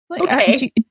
Okay